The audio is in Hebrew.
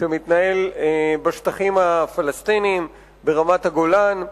שמתנהל בשטחים הפלסטיניים, ברמת-הגולן.